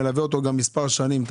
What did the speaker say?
מלווה אותו מספר שנים.